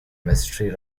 mystery